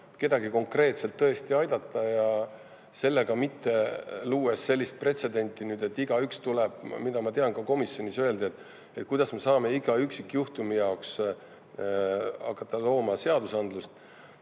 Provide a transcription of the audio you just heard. kedagi konkreetselt tõesti aidata. Mitte luues sellist pretsedenti, et igaüks tuleb … Ma tean, ka komisjonis öeldi, et kuidas me saame iga üksikjuhtumi jaoks hakata looma seadusandlust.